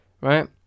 right